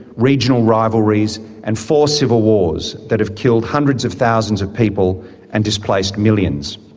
regional rivalries and four civil wars that have killed hundreds of thousands of people and displaced millions.